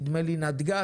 נדמה לי נט-גז,